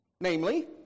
Namely